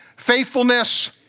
Faithfulness